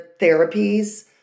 therapies